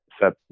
set